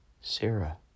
Sarah